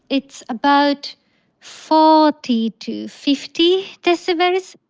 it's about forty to fifty decibels,